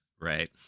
right